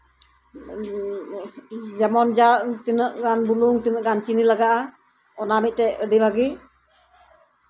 ᱡᱮᱢᱚᱱ ᱛᱤᱱᱟᱹᱜ ᱜᱟᱱ ᱵᱩᱞᱩᱝ ᱛᱤᱱᱟᱹᱜ ᱜᱟᱱ ᱪᱤᱱᱤ ᱞᱟᱜᱟᱜᱼᱟ ᱚᱱᱟ ᱢᱤᱫᱴᱮᱱ ᱟᱹᱰᱤ ᱵᱷᱟᱹᱜᱤ